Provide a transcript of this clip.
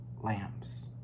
Lamps